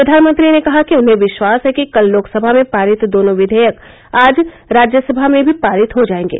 प्रधानमंत्री ने कहा कि उन्हें विश्वास है कि कल लोकसभा में पारित दोनों विधेयक आज राज्यसभा में भी पारित हो जाएंगे